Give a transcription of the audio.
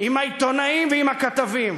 עם העיתונאים ועם הכתבים,